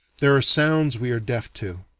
there are sounds we are deaf to,